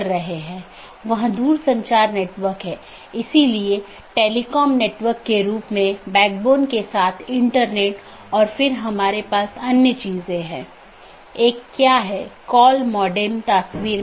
तो यह AS संख्याओं का एक सेट या अनुक्रमिक सेट है जो नेटवर्क के भीतर इस राउटिंग की अनुमति देता है